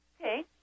Okay